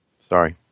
sorry